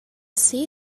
see